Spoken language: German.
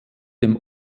dem